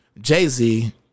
Jay-Z